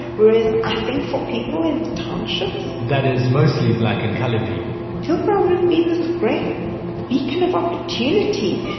whereas, i think for people in townships, that is mostly black and colored people, hillbrow would have been this great beacon of opportunity.